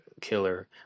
Killer